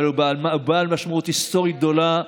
אבל הוא בעל משמעות היסטורית גדולה.